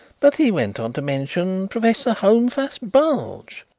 but he went on to mention professor holmfast bulge.